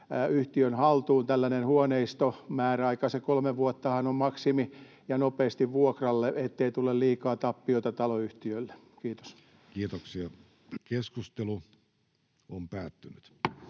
yhtiön haltuun tällainen huoneisto, määräaika kolme vuottahan on maksimi, ja nopeasti vuokralle, ettei tule liikaa tappiota taloyhtiölle. — Kiitos. Toiseen käsittelyyn